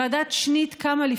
ועדת שניט קמה,